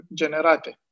generate